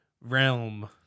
Realm